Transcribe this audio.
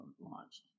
launched